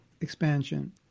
expansion